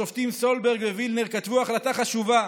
השופטים סולברג ווילנר כתבו החלטה חשובה,